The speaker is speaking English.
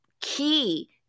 key